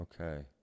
okay